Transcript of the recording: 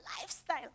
lifestyle